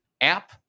app